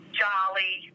jolly